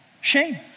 Shame